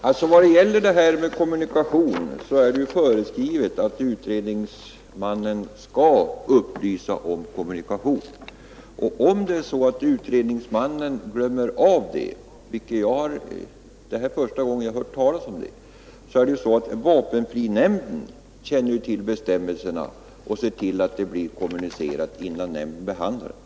Fru talman! Vad det gäller detta med kommunikation, så är det ju föreskrivet att utredningsmannen skall upplysa om detta. Om utredningsmannen glömmer av det — det är första gången jag hör talas om något sådant — känner ju vapenfrinämnden till bestämmelserna och ser till att det blir kommunicering innan nämnden behandlar ärendet.